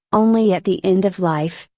only at the end of life,